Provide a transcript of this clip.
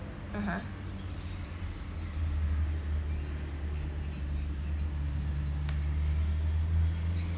(uh huh)